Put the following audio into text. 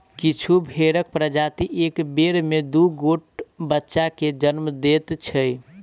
किछु भेंड़क प्रजाति एक बेर मे दू गोट बच्चा के जन्म दैत छै